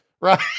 right